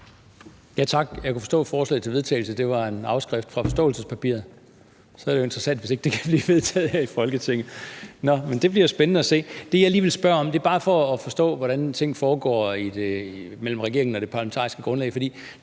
Tak. Jeg kunne forstå, at forslaget til vedtagelse var en afskrift fra forståelsespapiret – så er det jo interessant, hvis ikke det kan blive vedtaget her i Folketinget. Nå, men det bliver spændende at se. Jeg vil bare lige prøve at forstå, hvordan tingene foregår mellem regeringen og det parlamentariske grundlag.